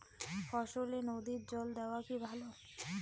ফসলে নদীর জল দেওয়া কি ভাল?